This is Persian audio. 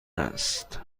است